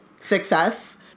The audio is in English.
success